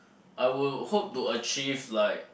I will hope to achieve like